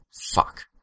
Fuck